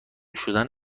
شدن